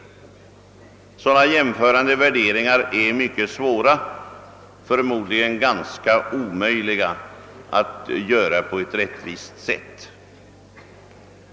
Sådana jämförande värderingar är mycket svåra, förmodligen ganska omöjliga att göra på ett rättvist sätt.